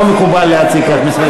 לא מקובל להציג כך מסמכים.